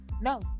no